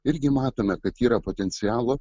irgi matome kad yra potencialo